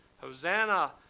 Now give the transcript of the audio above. Hosanna